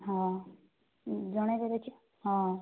ହଁ ଜଣେଇବେ କିଛି ହଁ